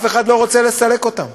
אף אחד לא רוצה לסלק אותם.